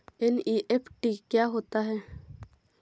NEFT क्या होता है?